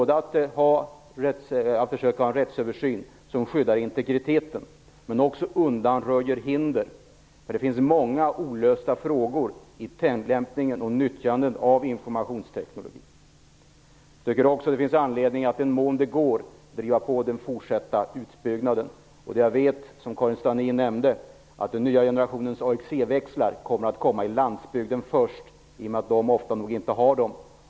Det skall ske en rättsöversyn som syftar till att skydda integriteten men också att undanröja hinder. Det finns många olösta frågor i tillämpningen och nyttjandet av informationstekniken. Det finns också anledning att i den mån det går driva på den fortsatta utbyggnaden. Jag vet, som Karin Starrin nämnde, att den nya generationens AXE växlar först kommer att installeras i landsbygden, eftersom man där ofta inte har sådana.